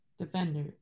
Defender